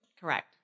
Correct